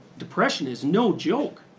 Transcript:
depression is no joke.